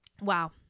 Wow